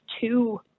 two